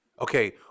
Okay